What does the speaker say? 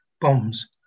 bombs